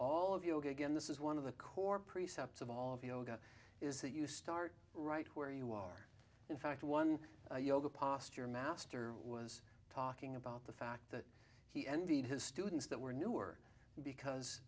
all of you again this is one of the core precepts of all of yoga is that you start right where you are in fact one yoga posture master was talking about the fact that he envied his students that were newer because